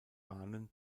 bahnen